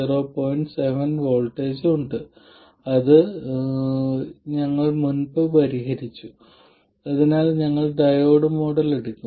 7 V voltage ഉണ്ട് അതിനാൽ ഞങ്ങൾ ഇത് മുമ്പ് പരിഹരിച്ചു അതിനാൽ ഞങ്ങൾ ഡയോഡ് മോഡൽ എടുക്കും